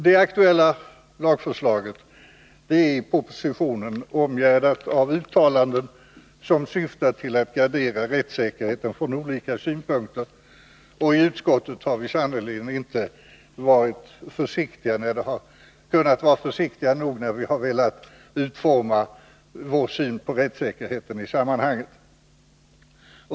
Det aktuella lagförslaget är i propositionen omgärdat av uttalanden som syftar till att gardera rättssäkerheten från olika synpunkter, och i utskottet har vi sannerligen inte kunnat vara försiktiga nog när vi i detta sammanhang velat utforma vår syn på rättssäkerheten.